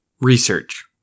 research